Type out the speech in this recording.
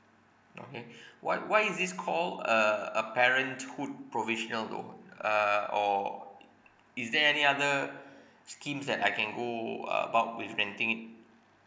okay what why is this called uh a parenthood provisional though uh or i~ is there any other schemes that I can go about with renting it